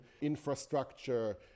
infrastructure